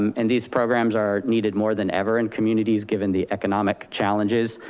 um and these programs are needed more than ever in communities given the economic challenges,